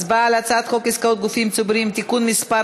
הצבעה על הצעת חוק עסקאות גופים ציבוריים (תיקון מס'